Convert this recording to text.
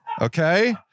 Okay